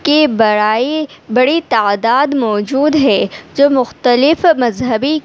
کے بڑائی بڑی تعداد موجود ہے جو مختلف مذہبی